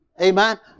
Amen